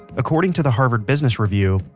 according to the harvard business review,